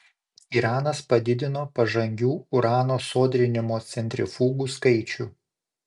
iranas padidino pažangių urano sodrinimo centrifugų skaičių